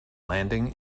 landing